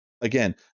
again